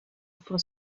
for